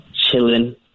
chilling